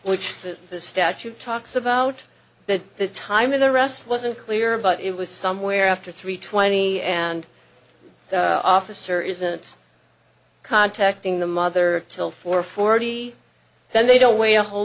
which the statute talks about but the time of the rest wasn't clear but it was somewhere after three twenty and officer isn't contacting the mother till four forty then they don't wait a whole